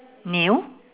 nail